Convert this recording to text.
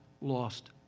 lost